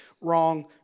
wrong